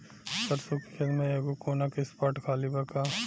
सरसों के खेत में एगो कोना के स्पॉट खाली बा का?